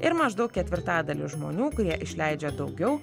ir maždaug ketvirtadaliu žmonių kurie išleidžia daugiau